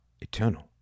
eternal